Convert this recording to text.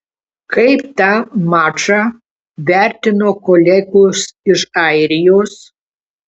kaip tą mačą vertino kolegos iš airijos